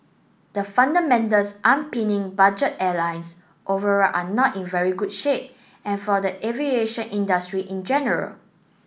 the fundamentals budget airlines overall are not in very good shape and for the aviation industry in general